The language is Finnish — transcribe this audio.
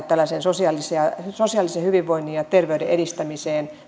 tällaiseen sosiaalisen hyvinvoinnin ja terveyden edistämiseen